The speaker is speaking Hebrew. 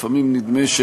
לפעמים נדמה,